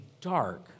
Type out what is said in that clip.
dark